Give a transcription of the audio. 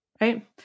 Right